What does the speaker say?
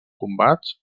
combats